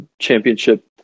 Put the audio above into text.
championship